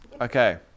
Okay